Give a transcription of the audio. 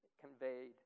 conveyed